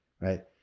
right